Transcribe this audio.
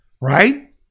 right